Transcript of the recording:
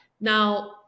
now